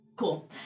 Cool